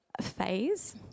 phase